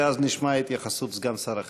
ואז נשמע התייחסות סגן שר החינוך.